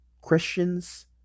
Christians